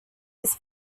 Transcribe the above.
his